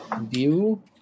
view